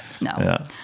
no